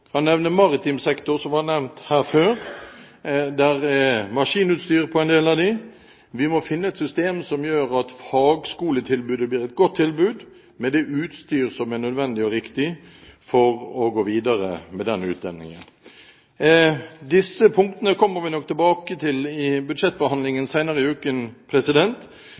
maritim sektor, som har vært nevnt her før, hvor det på en del av dem er maskinutstyr. Vi må finne et system som gjør at fagskoletilbudet blir et godt tilbud, med det utstyret som er nødvendig og riktig for å gå videre med den utdanningen. Disse punktene kommer vi nok tilbake til i budsjettbehandlingen senere i uken.